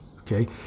okay